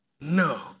no